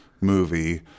movie